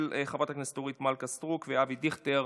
של חברי הכנסת אורית מלכה סטרוק ואבי דיכטר.